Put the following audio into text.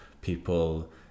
people